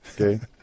okay